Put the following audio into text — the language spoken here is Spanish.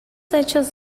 hechos